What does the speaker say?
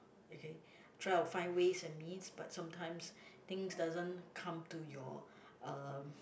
okay I will try to find ways and means but sometimes things doesn't come to your uh